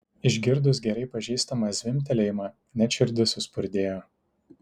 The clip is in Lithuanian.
išgirdus gerai pažįstamą zvimbtelėjimą net širdis suspurdėjo